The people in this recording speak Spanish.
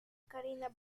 karina